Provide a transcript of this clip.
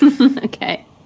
Okay